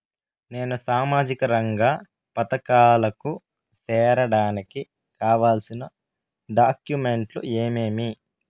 నేను సామాజిక రంగ పథకాలకు సేరడానికి కావాల్సిన డాక్యుమెంట్లు ఏమేమీ?